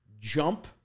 jump